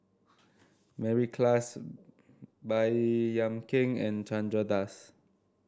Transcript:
Mary Klass Baey Yam Keng and Chandra Das